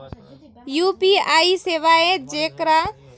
UPI सेवाएं जेकरा दुकान में उपलब्ध रहते वही पैसा भुगतान कर सके है की?